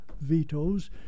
vetoes